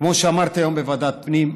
כמו שאמרתי היום בוועדת הפנים,